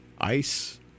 ice